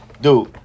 dude